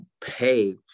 pay